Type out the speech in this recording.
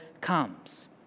comes